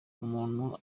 umuntu